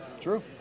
True